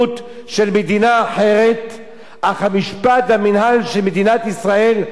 אך המשפט והמינהל של מדינת ישראל לא הוחלו עליהם במלואם עד כה.